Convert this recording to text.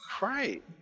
right